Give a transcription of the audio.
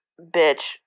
bitch